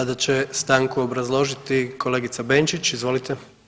Sada će stanku obrazložiti kolegica Benčić, izvolite.